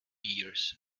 years